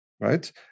right